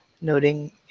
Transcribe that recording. noting